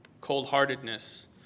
Cold-heartedness